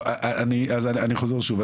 טוב, אז אני חוזר שוב.